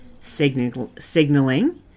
signaling